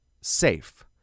SAFE